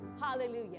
Hallelujah